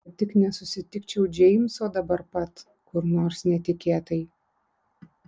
kad tik nesusitikčiau džeimso dabar pat kur nors netikėtai